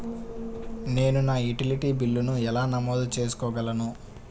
నేను నా యుటిలిటీ బిల్లులను ఎలా నమోదు చేసుకోగలను?